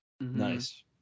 Nice